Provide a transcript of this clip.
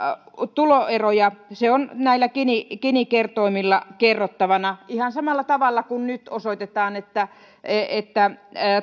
tuloeroja se on näillä gini gini kertoimilla kerrottavana ihan samalla tavalla kuin nyt osoitetaan että että